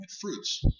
fruits